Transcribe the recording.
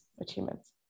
achievements